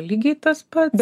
lygiai tas pats